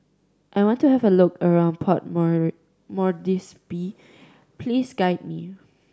I want to have a look around Port Moresby please guide me